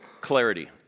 clarity